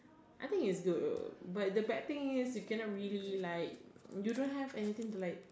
I think is good but the bad thing is you cannot really like you don't have anything to like